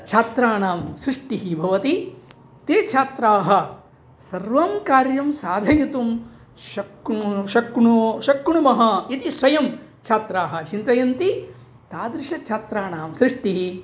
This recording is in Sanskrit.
छात्राणां सृष्टिः भवति ते छात्राः सर्वं कार्यं साधयितुं शक्नु शक्णु शक्नुमः इति स्वयं छात्राः चिन्तयन्ति तादृशछात्राणां सृष्ठिः